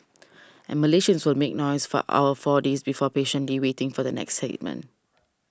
and Malaysians will make noise for our four days before patiently waiting for the next statement